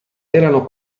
erano